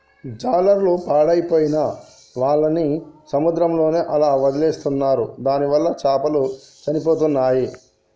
జాలర్లు పాడైపోయిన వాళ్ళని సముద్రంలోనే అలా వదిలేస్తున్నారు దానివల్ల చాపలు చచ్చిపోతున్నాయి